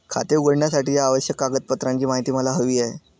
खाते उघडण्यासाठीच्या आवश्यक कागदपत्रांची माहिती मला हवी आहे